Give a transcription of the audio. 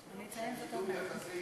דיון ביחסי